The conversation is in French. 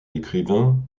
l’écrivain